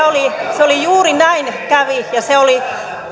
juuri näin kävi ja se oli